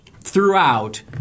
throughout